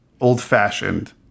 Old-fashioned